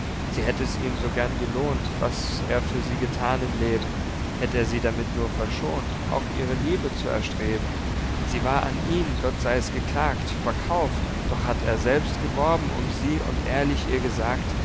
sie hätt es ihm so gern gelohnt was er für sie gethan im leben hätt er sie damit nur verschont auch ihre liebe zu erstreben sie war an ihn gott sei's geklagt verkauft doch hatt er selbst geworben um sie und ehrlich ihr gesagt